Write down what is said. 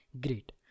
Great